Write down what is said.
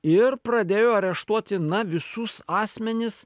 ir pradėjo areštuoti na visus asmenis